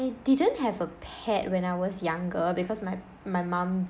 I didn't have a pet when I was younger because my my mum